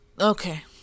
okay